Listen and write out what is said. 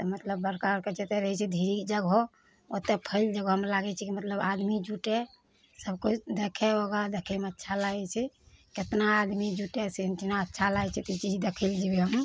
तऽ मतलब बड़का बड़का जते रहै छै धीरे जगह ओते फैल जगहमे लागै छै कि मतलब आदमी जुटै सबकिछु देखै योगा देखैमे अच्छा लागै छै केतना आदमी जुटै से एहिठिना अच्छा लागै छै तऽ ई चीज देखै लए जेबै हम